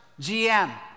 GM